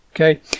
okay